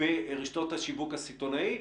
ברשתות השיווק הסיטונאי,